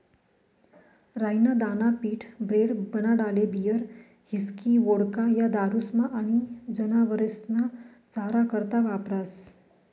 राई ना दाना पीठ, ब्रेड, बनाडाले बीयर, हिस्की, वोडका, या दारुस्मा आनी जनावरेस्ना चारा करता वापरास